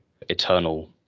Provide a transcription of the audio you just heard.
eternal